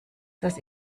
das